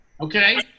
Okay